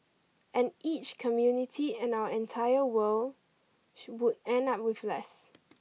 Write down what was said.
and each community and our entire world would end up with less